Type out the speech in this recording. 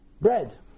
bread